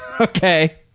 Okay